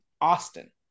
austin